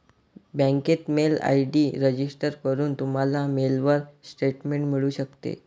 बँकेत mail ID register करून, तुम्हाला मेलवर स्टेटमेंट मिळू शकते